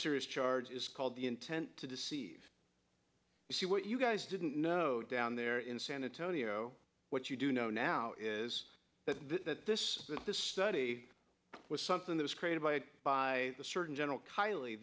serious charges called the intent to deceive you see what you guys didn't know down there in san antonio what you do know now is that this this study was something that was created by the surgeon general